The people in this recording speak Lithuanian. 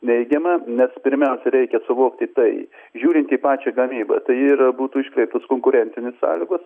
neigiama nes pirmiausia reikia suvokti tai žiūrint į pačią gamybą tai yra būtų iškreiptos konkurencinės sąlygos